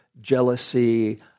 jealousy